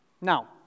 Now